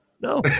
No